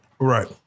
Right